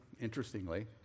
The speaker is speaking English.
Interestingly